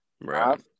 Right